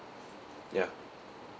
ya